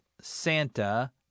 santa